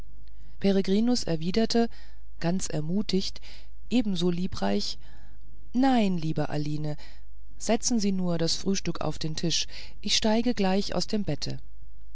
peregrinus erwiderte ganz ermutigt ebenso liebreich nein liebe aline setze sie nur das frühstück auf den tisch ich steige gleich aus dem bette